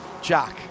Jack